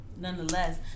nonetheless